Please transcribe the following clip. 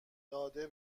داده